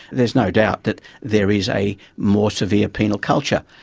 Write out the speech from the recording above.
there is no doubt that there is a more severe penal culture.